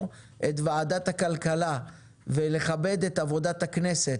את וועדת הכלכלה ולכבד את עבודת הכנסת.